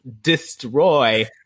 destroy